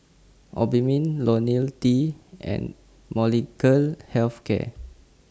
Obimin Ionil T and Molnylcke Health Care